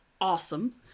awesome